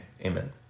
amen